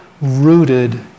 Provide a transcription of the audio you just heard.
rooted